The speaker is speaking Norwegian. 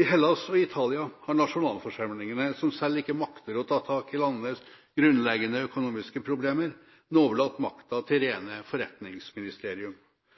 I Hellas og i Italia har nasjonalforsamlingene, som selv ikke makter å ta tak i landenes grunnleggende økonomiske problemer, nå overlatt makten til rene